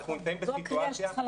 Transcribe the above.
אנחנו נמצאים בסיטואציה --- הוא צודק.